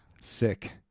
sick